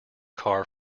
car